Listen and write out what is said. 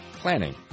Planning